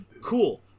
cool